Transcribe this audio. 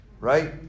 Right